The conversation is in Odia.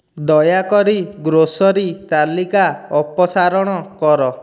ଦୟାକରି ଗ୍ରୋସରୀ ତାଲିକା ଅପସାରଣ କର